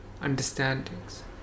understandings